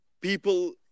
people